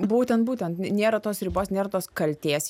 būtent būtent nėra tos ribos nėra tos kaltės